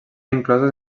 inclosos